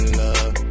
love